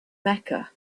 mecca